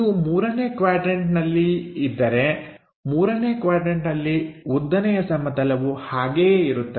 ಇದು ಮೂರನೇ ಕ್ವಾಡ್ರನ್ಟನಲ್ಲಿ ಇದ್ದರೆ ಮೂರನೇ ಕ್ವಾಡ್ರನ್ಟನಲ್ಲಿ ಉದ್ದನೆಯ ಸಮತಲವು ಹಾಗೆಯೇ ಇರುತ್ತದೆ